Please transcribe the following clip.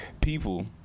People